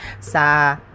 sa